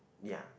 ya